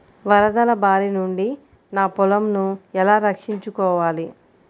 వరదల భారి నుండి నా పొలంను ఎలా రక్షించుకోవాలి?